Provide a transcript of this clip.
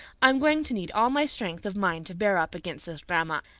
i'm going to need all my strength of mind to bear up against this, grandma,